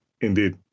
indeed